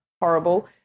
Horrible